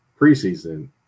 preseason